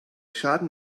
schaden